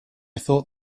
thought